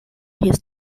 his